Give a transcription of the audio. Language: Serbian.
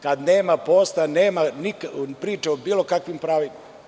Kada nema posla nema priče o bilo kakvim pravima.